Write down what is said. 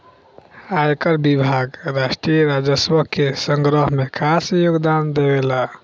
आयकर विभाग राष्ट्रीय राजस्व के संग्रह में खास योगदान देवेला